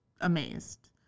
amazed